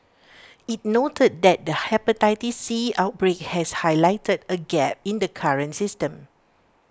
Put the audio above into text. IT noted that the Hepatitis C outbreak has highlighted A gap in the current system